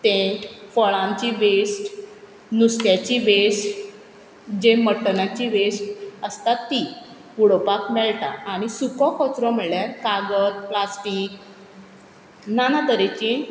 तें फळांची वेस्ट नुस्त्याची वेस्ट जे मटणाची वेस्ट आसता ती उडोवपाक मेळटा आनी सुको कचरो म्हणल्यार कागद प्लास्टीक नाना तरेची